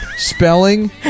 Spelling